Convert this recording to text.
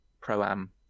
pro-am